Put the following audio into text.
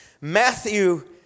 Matthew